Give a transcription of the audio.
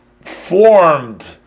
formed